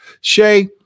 Shay